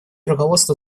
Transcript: руководство